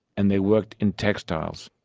and they worked in textiles.